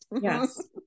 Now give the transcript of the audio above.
Yes